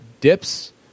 dips